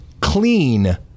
clean